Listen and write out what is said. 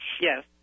Yes